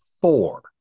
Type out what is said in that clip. four